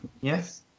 Yes